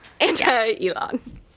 Anti-Elon